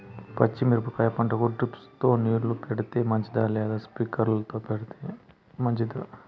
పచ్చి మిరపకాయ పంటకు డ్రిప్ తో నీళ్లు పెడితే మంచిదా లేదా స్ప్రింక్లర్లు తో నీళ్లు పెడితే మంచిదా?